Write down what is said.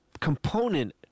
component